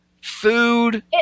food